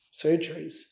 surgeries